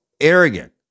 arrogant